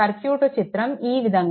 circuit చిత్రం ఈ విధంగా ఉంటుంది